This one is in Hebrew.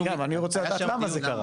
אני רוצה לדעת למה זה קרה.